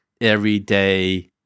everyday